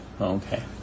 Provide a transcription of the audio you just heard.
okay